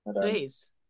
Please